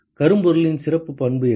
கரும்பொருளின் சிறப்புப் பண்பு என்ன